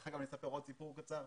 אני אספר עוד סיפור קצר.